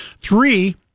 three